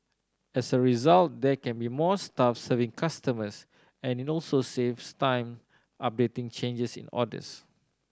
as a result there can be more staff serving customers and it also saves time updating changes in orders